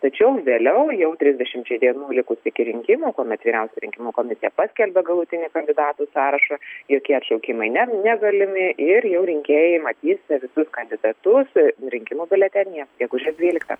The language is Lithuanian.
tačiau vėliau jau trisdešimčiai dienų likus iki rinkimų kuomet vyriausioji rinkimų komisija paskelbia galutinį kandidatų sąrašą jokie atšaukimai ne negalimi ir jau rinkėjai matys visus kandidatus rinkimų biuletenyje gegužės dvyliktą